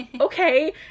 okay